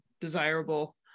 desirable